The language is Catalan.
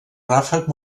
ràfec